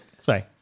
Sorry